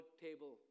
table